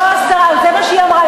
הסתרה, לא הסדרה, זה מה שהיא אמרה.